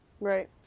Right